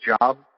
job